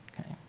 Okay